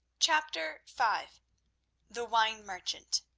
chapter five the wine merchant